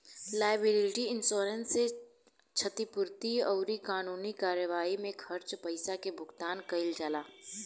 liability insurance से क्षतिपूर्ति अउरी कानूनी कार्यवाई में खर्च पईसा के भुगतान कईल जाला